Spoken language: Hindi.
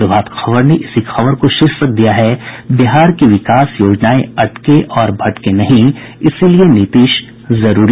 प्रभात खबर ने इसी खबर को शीर्षक दिया है बिहार की विकास योजनाएं अटके और भटके नहीं इसलिए नीतीश जरूरी